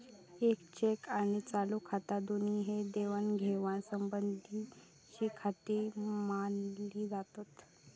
येक चेक आणि चालू खाता दोन्ही ही देवाणघेवाण संबंधीचीखाती मानली जातत